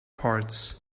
parts